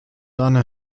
einer